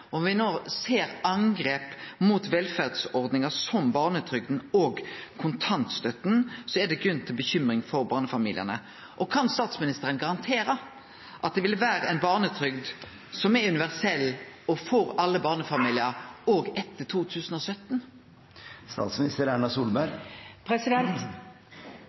og når me no ser angrep på velferdsordningar som barnetrygda og kontantstøtta, er det grunn til bekymring for barnefamiliane. Kan statsministeren garantere at det vil vere ei barnetrygd som er universell og for alle barnefamiliar òg etter 2017?